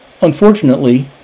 Unfortunately